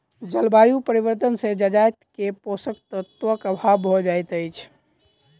जलवायु परिवर्तन से जजाति के पोषक तत्वक अभाव भ जाइत अछि